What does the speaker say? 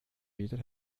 wieder